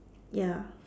ya